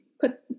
put